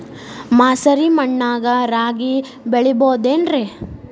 ಮಸಾರಿ ಮಣ್ಣಾಗ ರಾಗಿ ಬೆಳಿಬೊದೇನ್ರೇ?